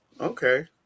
Okay